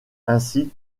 ainsi